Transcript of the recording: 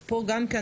אז פה אתם,